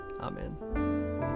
Amen